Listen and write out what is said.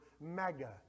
mega